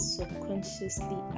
Subconsciously